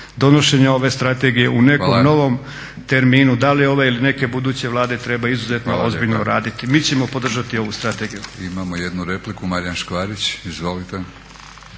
donošenja ove strategije u nekom novom terminu da li ove ili neke buduće Vlade treba izuzetno ozbiljno uraditi. Mi ćemo podržati ovu strategiju. **Batinić, Milorad (HNS)** Hvala